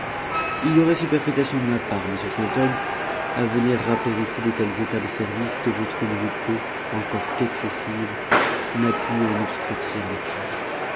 il y aurait superfétation de ma part monsieur sainthomme à venir rappeler ici de tels états de service que votre humilité encore qu'excessive n'a pu en obscurcir l'éclat